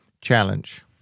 challenge